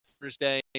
Thursday